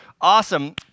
Awesome